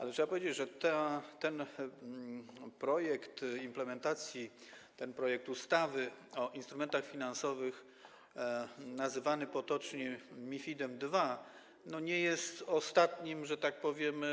Ale trzeba powiedzieć, że ten projekt implementacji, projekt ustawy o instrumentach finansowych nazywany potocznie MiFID II, nie jest ostatnim projektem, że tak powiem,